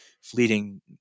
fleeting